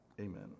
Amen